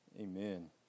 Amen